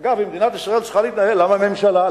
אגב, אם מדינת ישראל צריכה להתנהל, למה ממשלה?